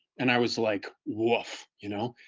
and i was like, woof, you know?